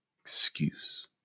excuse